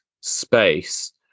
space